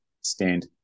stand